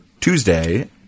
Tuesday